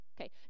Okay